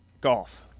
Golf